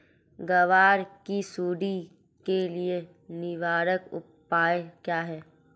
ग्वार की सुंडी के लिए निवारक उपाय क्या है?